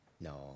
No